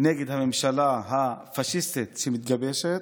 נגד הממשלה הפשיסטית שמתגבשת.